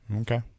Okay